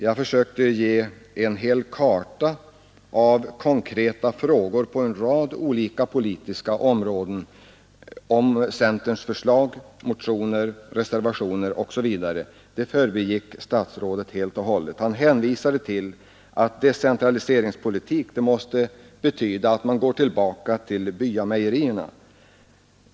Jag gav i mitt första anförande en hel karta av konkreta centerförslag på olika politiska områden i motioner, reservationer osv. Det förbigick statsrådet helt och hållet. Han hänvisade till att decentraliseringspolitik måste betyda att man går tillbaka till byamejerierna.